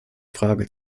frage